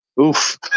oof